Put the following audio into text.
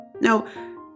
Now